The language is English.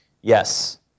Yes